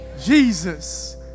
Jesus